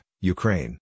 Ukraine